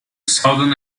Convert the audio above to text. southern